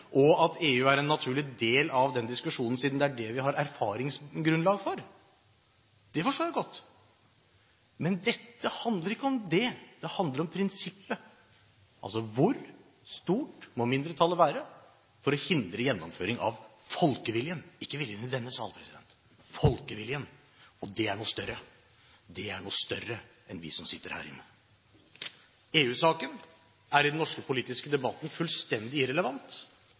det. Jeg mener at veldig mange av de argumentene som her fremføres, handler om prinsippet, altså hvor stort må mindretallet være for å hindre gjennomføring av folkeviljen, ikke av viljen i denne sal, men av folkeviljen. Det er noe som er større, det er noe som er større enn det som gjelder oss som sitter her. EU-saken er den norske politiske debatten fullstendig irrelevant. Det vil den være i